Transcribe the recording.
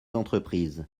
entreprises